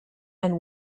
and